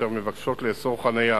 אשר מבקשות לאסור חנייה